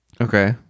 okay